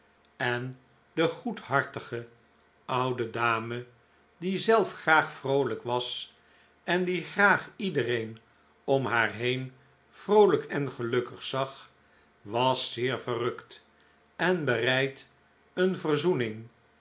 en de goedhartige oude dame die zelf graag vroolijk was en die graag iedereen om haar heen vroolijk en gelukkig zag was zeer verrukt en bereid een verzoening